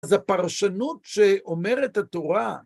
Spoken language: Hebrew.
זו פרשנות, שאומרת התורה.